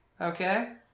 Okay